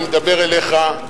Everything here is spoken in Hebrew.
אני מדבר אליך,